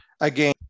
again